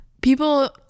people